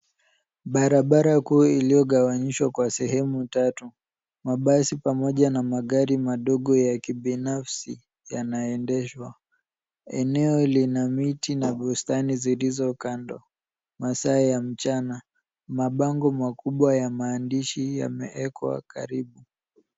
Barabara kuu iliyogawanyishwa kwa sehemu tatu. Mabasi pamoja na magari madogo ya kibinafsi yanaendeshwa. Eneo lina miti na bustani zilizo kando. Masaa ya mchana. Mabango makubwa ya maandishi yameekwa karibu.